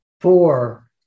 four